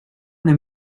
una